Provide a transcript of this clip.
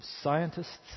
scientists